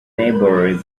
maybury